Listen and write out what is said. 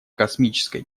космической